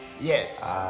Yes